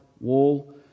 wall